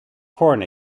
corn